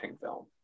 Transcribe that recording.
film